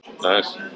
Nice